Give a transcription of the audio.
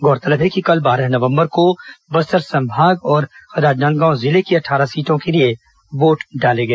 गौरतलब है कि कल बारह नवंबर को बस्तर संभाग और राजनांदगांव जिले की अट़ठारह सीटों के लिए वोट डाले गए